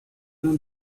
não